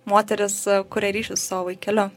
moteris kuria ryšį su savo vaikeliu